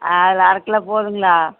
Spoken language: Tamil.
ஆ அதில் அரைகிலோ போதுங்களா